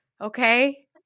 Okay